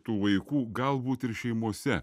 tų vaikų galbūt ir šeimose